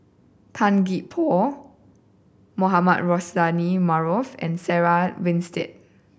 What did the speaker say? Tan Gee Paw Mohamed Rozani Maarof and Sarah Winstedt